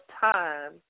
time